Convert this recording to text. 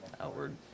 outward